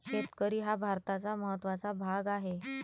शेतकरी हा भारताचा महत्त्वाचा भाग आहे